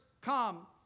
come